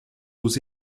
aux